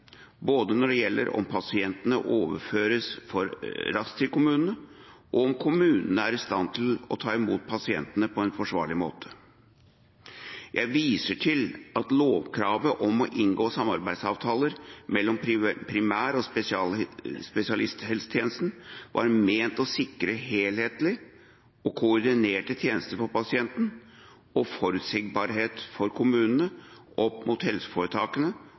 når det gjelder både om pasienter overføres for raskt til kommunene, og om kommunene er i stand til å ta imot pasientene på en forsvarlig måte. Jeg viser til at lovkravet om å inngå samarbeidsavtaler mellom primær- og spesialisthelsetjenesten var ment å sikre helhetlige og koordinerte tjenester for pasienten og forutsigbarhet for kommunene opp mot helseforetakene,